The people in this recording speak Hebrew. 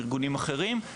ארגונים אחרים,